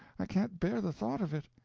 i can't bear the thought of it.